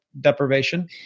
deprivation